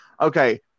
Okay